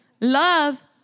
Love